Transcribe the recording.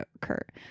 Kurt